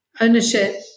Ownership